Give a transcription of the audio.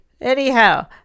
anyhow